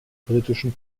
britischen